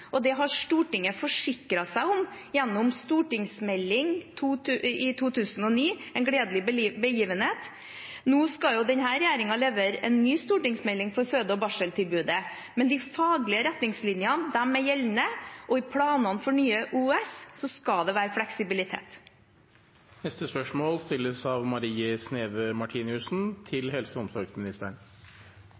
og det har Stortinget forsikret seg om gjennom behandlingen av St.meld. 12 for 2008–2009, En gledelig begivenhet. Nå skal denne regjeringen levere en ny stortingsmelding for føde- og barseltilbudet, men de faglige retningslinjene er gjeldende, og i planene for Nye OUS skal det være fleksibilitet. «ABC-enheten på Ullevål er et ettertraktet fødetilbud for naturlig fødsel og